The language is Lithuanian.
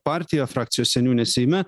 partija frakcijos seniūnė seime